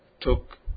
took